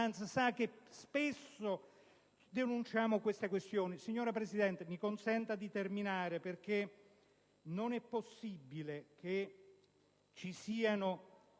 sa che spesso denunciamo tali questioni. Signora Presidente, mi consenta di terminare l'intervento, perché non è possibile che ci siano